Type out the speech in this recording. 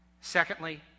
Secondly